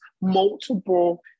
multiple